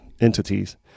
entities